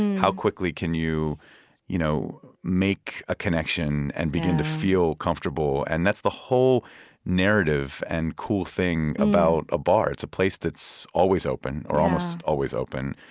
how quickly can you you know make a connection and begin to feel comfortable? and that's the whole narrative and cool thing about a bar. it's a place that's always open, or almost always open,